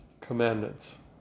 commandments